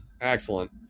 Excellent